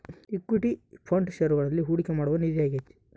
equity fund ಷೇರುಗಳಲ್ಲಿ ಹೂಡಿಕೆ ಮಾಡುವ ನಿಧಿ ಆಗೈತೆ